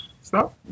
Stop